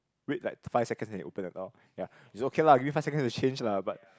wait like five seconds then he open the door ya it's okay lah give me five seconds to change lah but